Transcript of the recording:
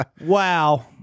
Wow